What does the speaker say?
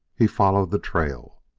he followed the trail.